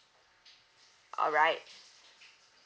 all right